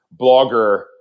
blogger